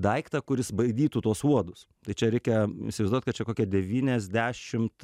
daiktą kuris baidytų tuos uodus tai čia reikia įsivaizduot kad čia kokie devyniasdešimt